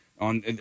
on